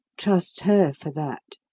trust her for that.